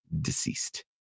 deceased